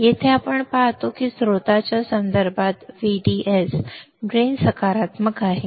येथे आपण पाहतो की स्त्रोताच्या संदर्भात VDS ड्रेन सकारात्मक आहे